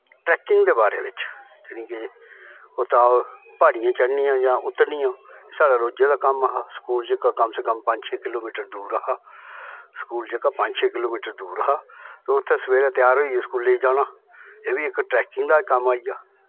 trekking दे बारे बिच्च जानि के कुतै प्हाड़ियां चढ़नियां जां उतरनियां साढ़ा रोजा दा कम्म हा स्कूल जेह्का कम से कम पंज छे किलो मीटर दूर हा स्कूल जेह्का पंज छे किलो मीटर दूर हा तो उत्थें सवेरें त्यार होइयै स्कूलै गी जाना एह् बी इक ट्रैकिंग दा गै कम्म आई गेआ